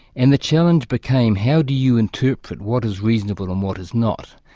and the challenge became how do you interpret what is reasonable and what is not?